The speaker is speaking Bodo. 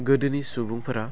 गोदोनि सुबुंफोरा